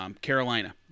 Carolina